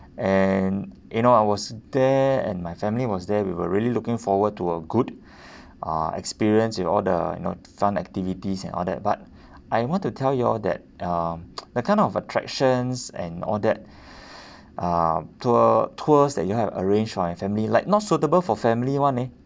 and you know I was there and my family was there we were really looking forward to a good uh experience in all the you know fun activities and all that but I want to tell y'all that um the kind of attractions and all that uh tour tours that y'all have arrange my family like not suitable for family [one] leh